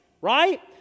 right